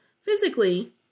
Physically